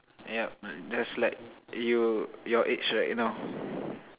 yup uh just like you your age right now